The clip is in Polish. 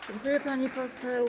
Dziękuję, pani poseł.